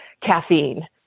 caffeine